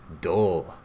dull